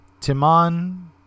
Timon